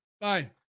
Bye